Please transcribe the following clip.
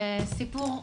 זה סיפור מוכר,